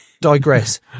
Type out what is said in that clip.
digress